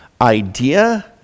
idea